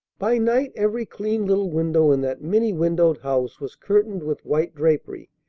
by night every clean little window in that many-windowed house was curtained with white drapery,